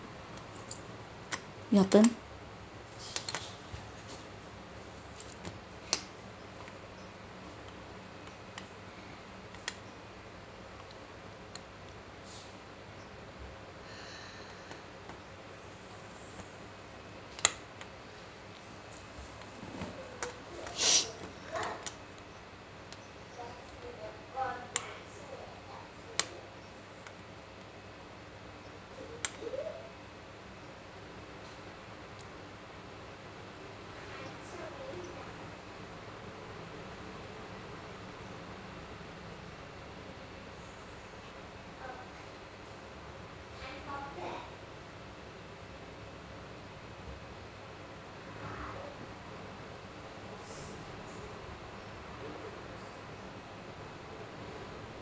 your turn